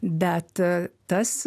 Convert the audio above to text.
bet tas